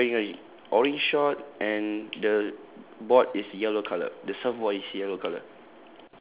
okay he is wearing a orange short and the board is yellow colour the surfboard is yellow colour